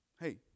Hey